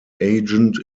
agent